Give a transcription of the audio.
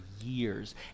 years